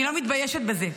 אני לא מתביישת בזה.